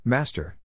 Master